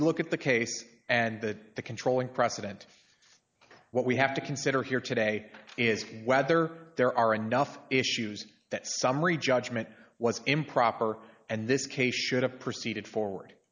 we look at the case and that the controlling precedent what we have to consider here today is whether there are enough issues that summary judgment was improper and this case should have proceeded forward